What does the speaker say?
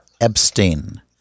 Epstein